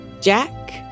Jack